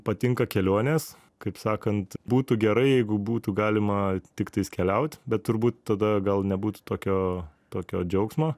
patinka kelionės kaip sakant būtų gerai jeigu būtų galima tiktais keliaut bet turbūt tada gal nebūtų tokio tokio džiaugsmo